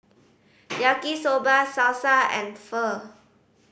Yaki Soba Salsa and Pho